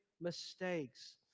mistakes